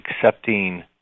accepting